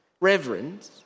reverend